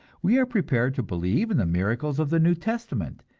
we are prepared to believe in the miracles of the new testament,